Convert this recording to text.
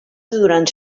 durant